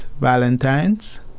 Valentine's